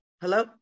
hello